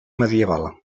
medieval